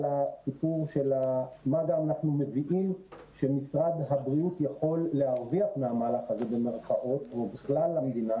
אנחנו מבינים שמשרד הבריאות יכול "להרוויח" מהמהלך הזה ובכלל המדינה.